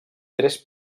tres